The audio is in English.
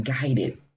guided